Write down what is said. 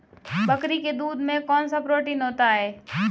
बकरी के दूध में कौनसा प्रोटीन होता है?